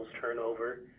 turnover